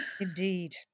Indeed